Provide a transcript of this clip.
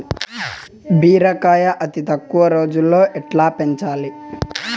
బీరకాయ అతి తక్కువ రోజుల్లో ఎట్లా పెంచాలి?